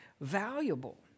valuable